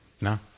No